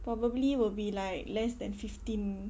probably will be like less than fifteen